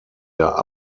der